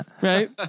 right